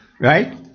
right